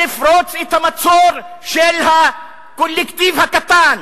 לפרוץ את המצור של הקולקטיב הקטן,